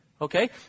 Okay